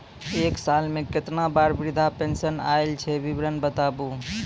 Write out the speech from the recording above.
एक साल मे केतना बार वृद्धा पेंशन आयल छै विवरन बताबू?